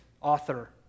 author